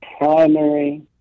primary